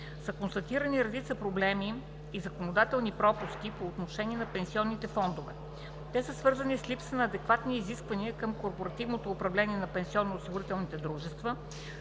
са констатирани редица проблеми и законодателни пропуски по отношение на пенсионните фондове. Те са свързани с липса на адекватни изисквания към корпоративното управление на